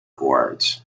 chords